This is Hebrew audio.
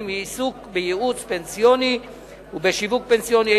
(עיסוק בייעוץ פנסיוני ובשיווק פנסיוני),